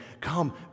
come